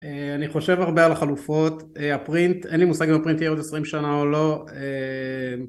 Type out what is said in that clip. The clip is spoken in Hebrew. אני חושב הרבה על החלופות. הפרינט, אין לי מושג אם הפרינט יהיה עוד 20 שנה או לא.